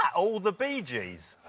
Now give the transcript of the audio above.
all the bee gees?